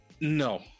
No